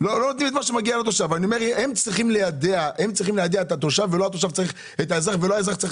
הם צריכים ליידע את התושב ולא האזרח צריך